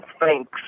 thanks